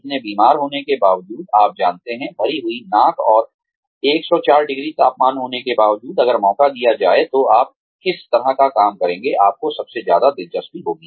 इतने बीमार होने के बावजूद आप जानते हैं भरी हुई नाक और 104 डिग्री तापमान होने के बावजूद अगर मौका दिया जाए तो आप किस तरह का काम करेंगे आपको सबसे ज्यादा दिलचस्पी होगी